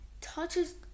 touches